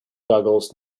googles